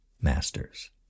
masters